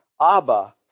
Abba